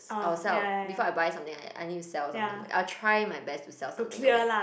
I will sell before I buy something I I need to sell something like I will try my best to sell something away